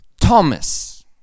Thomas